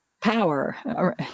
power